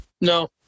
No